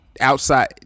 outside